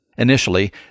Initially